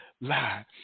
lie